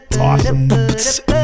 Awesome